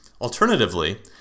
alternatively